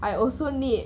I also need